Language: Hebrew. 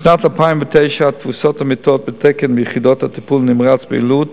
בשנת 2009 תפוסת המיטות בתקן ביחידות הטיפול נמרץ ביילוד